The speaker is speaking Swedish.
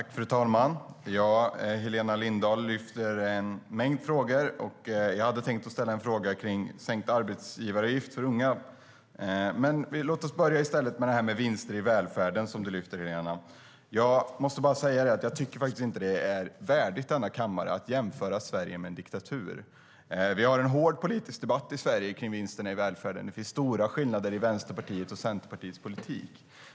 Fru talman! Helena Lindahl lyfter fram en mängd frågor. Jag hade tänkt att ställa en fråga om sänkta arbetsgivaravgifter för unga. Men låt oss börja med frågan om vinster i välfärden. Jag tycker faktiskt inte att det är värdigt denna kammare att jämföra Sverige med en diktatur. Vi har en hård politisk debatt i Sverige om vinster i välfärden. Det finns stora skillnader i Vänsterpartiets och Centerpartiets politik.